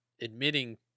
admitting